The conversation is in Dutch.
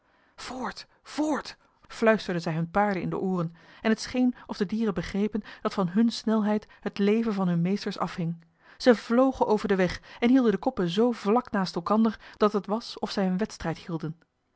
voort voort fluisterden zij hunne paarden in de ooren en het scheen of de dieren begrepen dat van hunne snelheid het leven van hunne meesters afhing zij vlogen over den weg en hielden de koppen zoo vlak naast elkander dat het was of zij een wedstrijd hielden